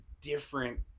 different